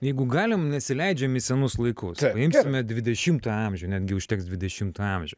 jeigu galim nesileidžiam į senus laikus paimsime dvidešimto amžių netgi užteks dvidešimtojo amžio